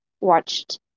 watched